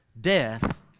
death